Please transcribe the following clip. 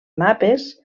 mapes